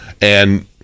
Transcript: and-